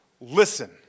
Listen